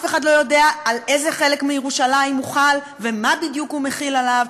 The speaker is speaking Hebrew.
אף אחד לא יודע על איזה חלק מירושלים הוא חל ומה בדיוק הוא מחיל עליו,